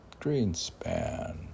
Greenspan